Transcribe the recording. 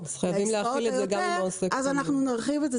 אז נרחיב את זה.